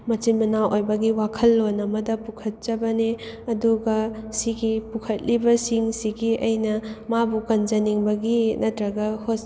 ꯃꯆꯤꯟ ꯃꯅꯥꯎ ꯑꯣꯏꯕꯒꯤ ꯋꯥꯈꯜ ꯂꯣꯟ ꯑꯃꯗ ꯄꯨꯈꯠꯆꯕꯅꯦ ꯑꯗꯨꯒ ꯁꯤꯒꯤ ꯄꯨꯈꯠꯂꯤꯕꯁꯤꯡꯁꯤꯒꯤ ꯑꯩꯅ ꯃꯥꯕꯨ ꯀꯟꯖꯅꯤꯡꯕꯒꯤ ꯅꯠꯇ꯭ꯔꯒ